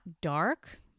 dark